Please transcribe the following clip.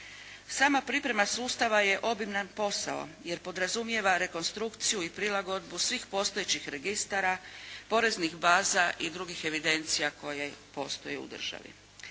Sama priprema sustava je obiman posao, jer podrazumijeva rekonstrukciju i prilagodbu svih postojećih registara, poreznih baza i drugih evidencija koje postoje u državi.